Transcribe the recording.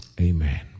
Amen